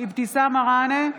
אבתיסאם מראענה,